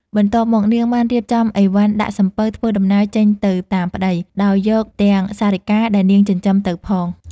បន្ទាប់មកនាងបានរៀបចំអីវ៉ាន់ដាក់សំពៅ ធ្វើដំណើរចេញទៅតាមប្ដី ដោយយកទាំងសារិកាដែលនាងចិញ្ចឹម ទៅផង ។